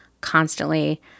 constantly